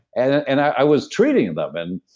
and and i was treating about them.